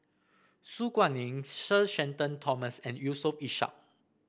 Su Guaning Sir Shenton Thomas and Yusof Ishak